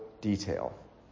Detail